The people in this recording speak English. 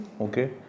Okay